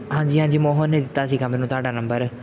ਹਾਂਜੀ ਹਾਂਜੀ ਮੋਹਨ ਨੇ ਦਿੱਤਾ ਸੀਗਾ ਮੈਨੂੰ ਤੁਹਾਡਾ ਨੰਬਰ